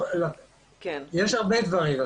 יש הרבה דברים.